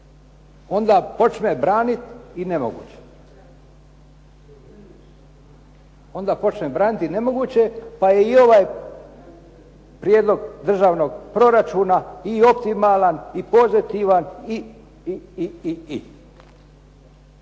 njegovi stranački kolege iza? Onda počne braniti i nemoguće, pa je i ovaj prijedlog državnog proračuna i optimalan i pozitivan i,